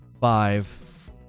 five